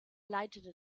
leitete